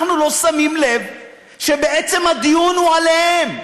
אנחנו לא שמים לב שבעצם הדיון הוא עליהם,